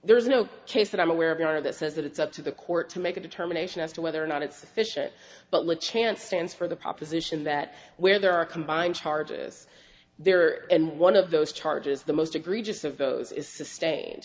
there is no case that i'm aware of that says that it's up to the court to make a determination as to whether or not it's official but let chance stands for the proposition that where there are combined charges there and one of those charges the most egregious of those is sustain